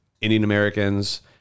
Indian-Americans